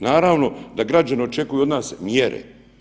Naravno da građani očekuju od nas mjere.